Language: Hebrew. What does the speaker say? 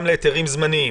גם להיתרים זמניים.